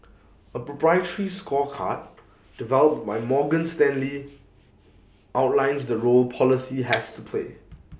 A proprietary scorecard developed by Morgan Stanley outlines the role policy has to play